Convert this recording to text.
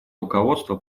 руководство